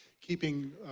keeping